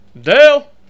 Dale